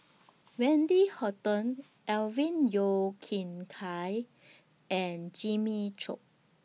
Wendy Hutton Alvin Yeo Khirn Hai and Jimmy Chok